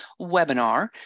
webinar